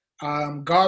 God